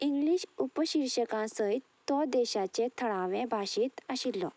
English उप शीर्षका सयत तो देशाचे थळावें भाशेंत आशिल्लो